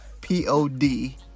P-O-D